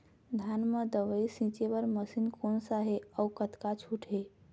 धान म दवई छींचे बर मशीन कोन सा हे अउ कतका छूट हे?